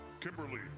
Kimberly